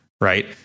right